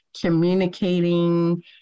communicating